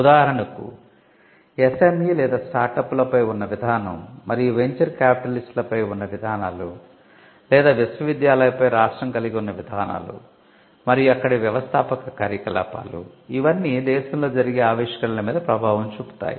ఉదాహరణకు SME లేదా స్టార్టప్లపై ఉన్న విధానం మరియు వెంచర్ క్యాపిటలిస్ట్ లపై ఉన్న విధానాలు లేదా విశ్వవిద్యాలయాలపై రాష్ట్రం కలిగి ఉన్న విధానాలు మరియు అక్కడి వ్యవస్థాపక కార్యకలాపాలు ఇవన్నీ దేశంలో జరిగే ఆవిష్కరణల మీద ప్రభావం చూపుతాయి